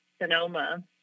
Sonoma